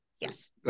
Yes